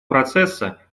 процесса